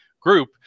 group